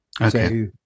Okay